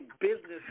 business